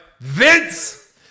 Vince